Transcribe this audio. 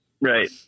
Right